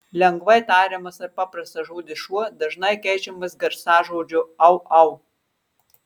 lengvai tariamas ir paprastas žodis šuo dažnai keičiamas garsažodžiu au au